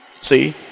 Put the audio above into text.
See